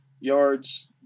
yards